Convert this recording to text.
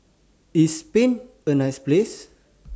IS Spain A nice Place